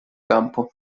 campo